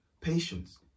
patience